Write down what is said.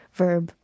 verb